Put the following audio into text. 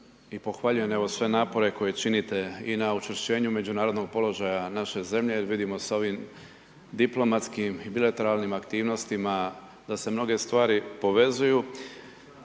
i pohvaljujem evo sve napore koje činite i na učvršćenju međunarodnog položaja naše zemlje, jer vidimo sa ovim diplomatskim i bilateralnim aktivnostima, da se mnoge stvari povezuju,